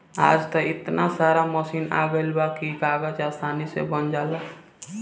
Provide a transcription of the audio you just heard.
आज त एतना सारा मशीन आ गइल बा की कागज आसानी से बन जाला